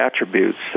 attributes